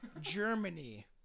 Germany